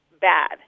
bad